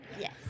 yes